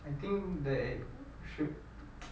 I think there is should